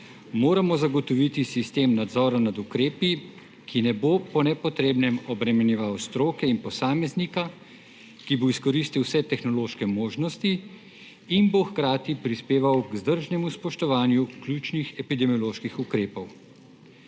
moramo zagotoviti sistem nadzora nad ukrepi, ki ne bo po nepotrebnem obremenjeval stroke in posameznika, ki bo izkoristil vse tehnološke možnosti in bo hkrati prispeval k vzdržnemu spoštovanju ključnih epidemioloških ukrepov.